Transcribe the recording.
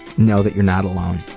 know that you're not alone.